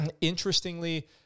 Interestingly